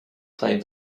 claimed